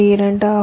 2 ஆகும்